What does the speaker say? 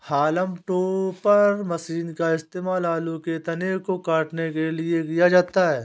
haulm topper machine का इस्तेमाल आलू के तने को काटने के लिए किया जाता है